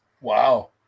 Wow